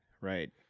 right